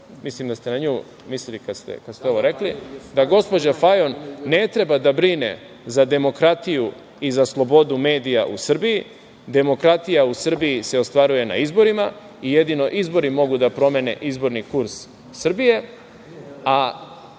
mislim da ste na nju mislili kada ste ovo rekli, da gospođa Fajon ne treba da brine za demokratiju i za slobodu medija u Srbiji, demokratija u Srbiji se ostvaruje na izborima i jedino izbori mogu da promene izborni kurs Srbije,